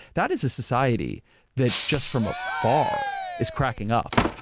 that is a society that just from afar, is cracking up.